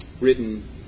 Written